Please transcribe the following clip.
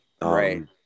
Right